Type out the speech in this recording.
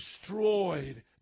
destroyed